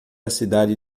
cidade